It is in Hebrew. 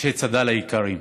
אנשי צד"ל היקרים,